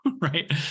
right